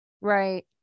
Right